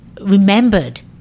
remembered